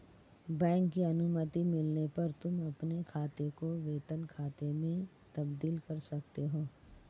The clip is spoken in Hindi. बैंक की अनुमति मिलने पर तुम अपने खाते को वेतन खाते में तब्दील कर सकते हो